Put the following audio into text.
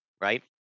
right